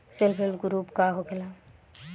Self help group का होखेला?